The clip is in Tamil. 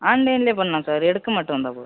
ஆன்லைன்லேயே பண்ணலாம் சார் எடுக்க மட்டும் வந்தால் போதும்